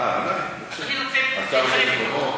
אני רוצה, אתה רוצה במקומו?